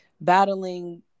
battling